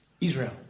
Israel